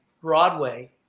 Broadway